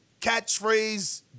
catchphrase